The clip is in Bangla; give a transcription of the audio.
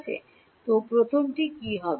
তো প্রথমটি কী হবে